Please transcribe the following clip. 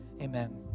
Amen